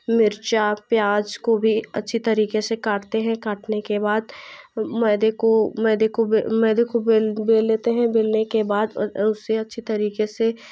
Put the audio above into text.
मिर्चा प्याज़ को भी अच्छी तरीके से काटते हैं काटने के बाद मैदे को मैदे को बेल मैदे बेल बेल लेते हैं बेलने के बाद उसे अच्छी तरीके से